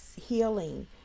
healing